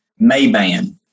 Mayban